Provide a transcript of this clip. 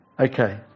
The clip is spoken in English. Okay